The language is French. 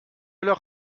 leur